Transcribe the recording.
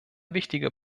wichtiger